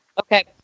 Okay